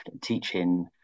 teaching